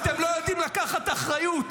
מה זה לוחמים --- אתם לא יודעים לקחת אחריות.